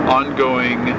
ongoing